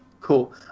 Cool